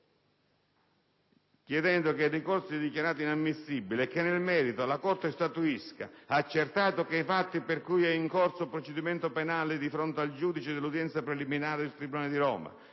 chiedendo che (...) il ricorso sia dichiarato inammissibile e, nel merito, che la Corte statuisca - accertato che i fatti per cui è in corso procedimento penale di fronte al Giudice per l'udienza preliminare del Tribunale di Roma